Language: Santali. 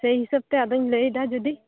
ᱥᱮ ᱦᱤᱥᱟᱹᱵ ᱛᱮᱧ ᱟᱫᱩᱧ ᱞᱟᱹᱭ ᱮᱫᱟ ᱡᱩᱫᱤ